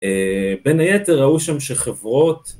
אההה בין היתר ראו שם שחברות